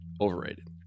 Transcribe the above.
overrated